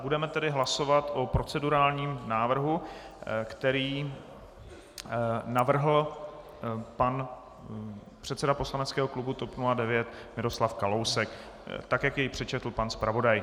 Budeme tedy hlasovat o procedurálním návrhu, který navrhl pan předseda poslaneckého klubu TOP 09 Miroslav Kalousek, tak jak jej přečetl pan zpravodaj.